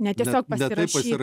ne tiesiog pasirašyt